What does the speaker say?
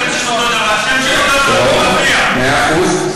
מאה אחוז.